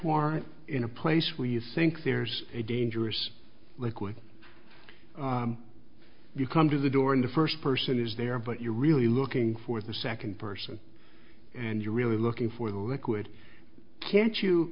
warrant in a place where you think there's a dangerous liquid you come to the door and the first person is there but you're really looking for the second person and you're really looking for the liquid can't you